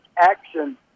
Action